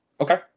Okay